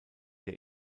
der